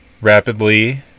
rapidly